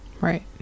Right